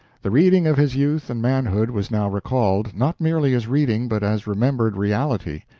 the reading of his youth and manhood was now recalled, not merely as reading, but as remembered reality.